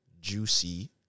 juicy